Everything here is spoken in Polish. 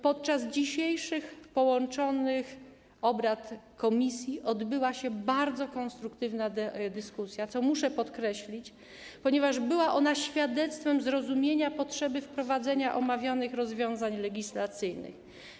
Podczas dzisiejszych obrad połączonych komisji odbyła się bardzo konstruktywna dyskusja, co muszę podkreślić, ponieważ była ona świadectwem zrozumienia potrzeby wprowadzenia omawianych rozwiązań legislacyjnych.